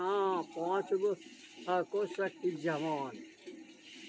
सोनाक बाजार आने बाजार जकां अटकल आ अस्थिरताक अधीन होइ छै